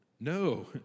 No